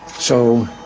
so,